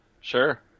Sure